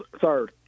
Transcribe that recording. third